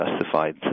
justified